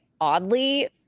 oddly